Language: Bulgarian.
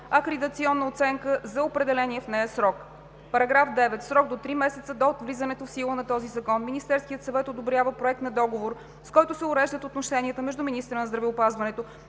акредитационна оценка за определения в нея срок. § 9. В срок до три месеца от влизането в сила на този закон Министерският съвет одобрява проект на договор, с който се уреждат отношенията между министъра на здравеопазването